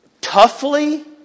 toughly